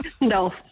No